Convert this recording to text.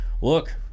look